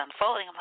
unfolding